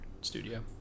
studio